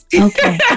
Okay